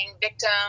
victim